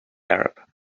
arab